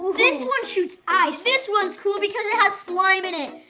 this one shoots ice! this one is cool because it has slime in it!